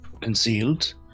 concealed